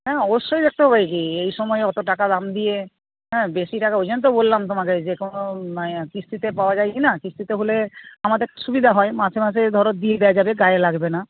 হ্যাঁ অবশ্যই একটু এই সময়ে অত টাকা দাম দিয়ে হ্যাঁ বেশি টাকা ওই জন্যই তো বললাম তোমাকে যে কোনো মানে কিস্তিতে পাওয়া যায় কি না কিস্তিতে হলে আমাদের সুবিধা হয় মাসে মাসে ধরো দিয়ে দেওয়া যাবে গায়ে লাগবে না